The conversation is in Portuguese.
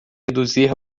reduzir